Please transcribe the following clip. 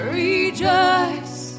rejoice